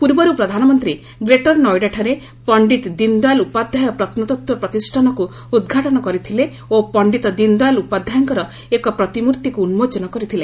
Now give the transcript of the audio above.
ପୂର୍ବରୁ ପ୍ରଧାନମନ୍ତ୍ରୀ ଗ୍ରେଟର ନୋଇଡାଠାରେ ପଣ୍ଡିତ ଦିନ୍ ଦୟାଲ୍ ଉପାଧ୍ୟାୟ ପ୍ରତ୍ନତତ୍ୱ ପ୍ରତିଷ୍ଠାନକୁ ଉଦ୍ଘାଟନ କରିଥିଲେ ଓ ପଣ୍ଡିତ ଦିନ୍ ଦୟାଲ୍ ଉପାଧ୍ୟାୟଙ୍କର ଏକ ପ୍ରତିମୂର୍ତ୍ତିକୁ ଉନ୍କୋଚନ କରିଥିଲେ